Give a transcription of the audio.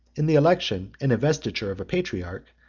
in the election and investiture of a patriarch,